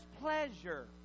pleasure